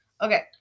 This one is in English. Okay